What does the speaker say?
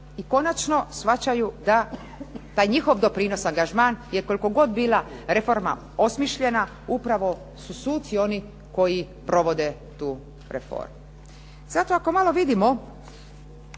I konačno shvaćaju da taj njihov doprinos, angažman je koliko god bila reforma osmišljena upravo su suci oni koji provode tu reformu. Zato ako malo vidimo